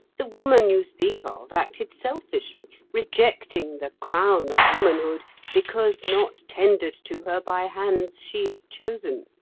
the woman you speak of acted selfishly, rejecting the crown of womanhood because not tendered to her by hands she had chosen.